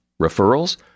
Referrals